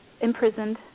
imprisoned